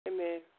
Amen